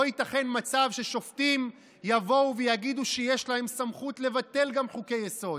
לא ייתכן מצב ששופטים יבואו ויגידו שיש להם סמכות לבטל גם חוקי-יסוד.